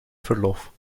verlof